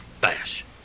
Bash